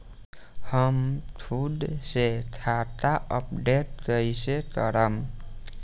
हम खुद से खाता अपडेट कइसे करब?